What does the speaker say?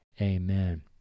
Amen